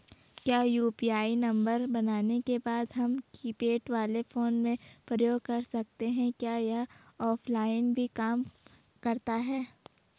क्या यु.पी.आई नम्बर बनाने के बाद हम कीपैड वाले फोन में प्रयोग कर सकते हैं क्या यह ऑफ़लाइन भी काम करता है?